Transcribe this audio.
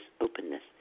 openness